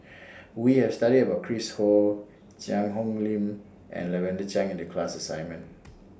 We Have studied about Chris Ho Cheang Hong Lim and Lavender Chang in The class assignment